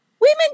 Women